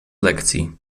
lekcji